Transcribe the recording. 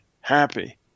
happy